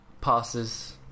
Passes